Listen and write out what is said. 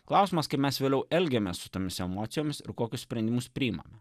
klausimas kaip mes vėliau elgiamės su tamsia emocijoms ir kokius sprendimus priimame